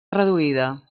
reduïda